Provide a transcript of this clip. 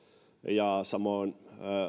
ja samoin